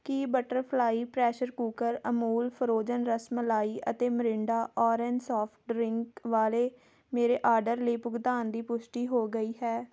ਕੀ Butterfly pressure cooker Amul frozen rasmalai ਅਤੇ Mirinda orange soft drink ਵਾਲੇ ਮੇਰੇ ਆਰਡਰ ਲਈ ਭੁਗਤਾਨ ਦੀ ਪੁਸ਼ਟੀ ਹੋ ਗਈ ਹੈ